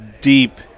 deep